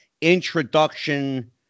Introduction